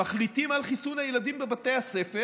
מחליטים על חיסון הילדים בבתי הספר